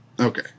Okay